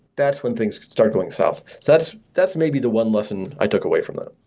that's when things could start going south. so that's that's maybe the one lesson i took away from that.